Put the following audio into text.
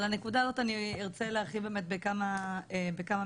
על הנקודה הזאת אני ארצה להרחיב בכמה משפטים.